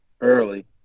early